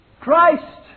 Christ